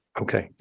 okay, yeah,